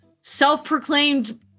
self-proclaimed